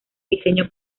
diseño